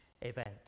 event